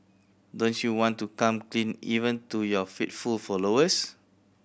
don't you want to come clean even to your faithful followers